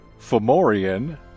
Fomorian